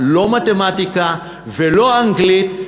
לא מתמטיקה ולא אנגלית,